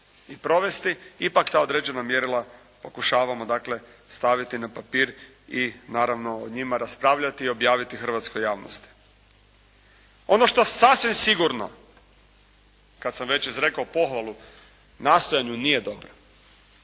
i provesti, ipak ta određena mjerila pokušavamo dakle staviti na papir i naravno o njima raspravljati i objaviti hrvatskoj javnosti. Ono što sasvim sigurno kad am već izrekao pohvalu, nastojanju nije dobra,